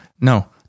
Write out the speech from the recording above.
No